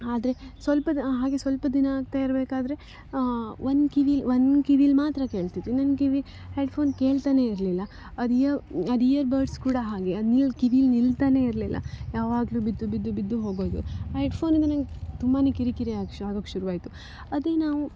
ಆದರೆ ಸ್ವಲ್ಪ ದಿ ಹಾಗೇ ಸ್ವಲ್ಪ ದಿನ ಆಗ್ತಾ ಇರಬೇಕಾದ್ರೆ ಒಂದು ಕಿವಿಲಿ ಒಂದು ಕಿವಿಲಿ ಮಾತ್ರ ಕೇಳ್ತಿತ್ತು ಇನ್ನೊಂದು ಕಿವಿ ಹೆಡ್ಫೋನ್ ಕೇಳ್ತಾನೇ ಇರಲಿಲ್ಲ ಅದು ಇಯ ಅದು ಇಯರ್ ಬಡ್ಸ್ ಕೂಡ ಹಾಗೇ ಅದು ನಿಲ್ಲ ಕಿವಿಲಿ ನಿಲ್ತನೇ ಇರಲಿಲ್ಲ ಯಾವಾಗಲೂ ಬಿದ್ದು ಬಿದ್ದು ಬಿದ್ದು ಹೋಗೋದು ಆ ಹೆಡ್ಫೋನಿಂದ ನಂಗೆ ತುಂಬಾ ಕಿರಿಕಿರಿ ಆಗೋಕೆ ಶು ಆಗೋಕೆ ಶುರು ಆಯಿತು ಅದೇ ನಾವು